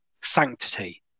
sanctity